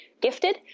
gifted